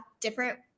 different